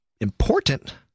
important